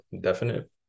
definite